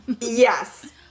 Yes